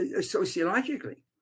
sociologically